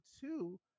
two